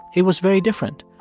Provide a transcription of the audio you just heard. it was very different.